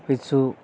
পিছু